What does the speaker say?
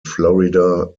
florida